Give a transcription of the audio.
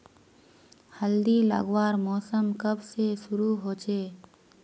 हल्दी लगवार मौसम कब से शुरू होचए?